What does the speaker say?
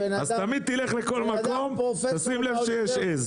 אז תמיד כשתלך לכל מקום שים לב שיש עז.